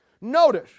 Notice